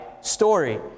story